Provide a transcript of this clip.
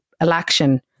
election